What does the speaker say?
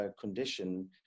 condition